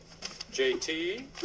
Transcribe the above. JT